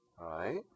right